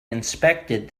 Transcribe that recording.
inspected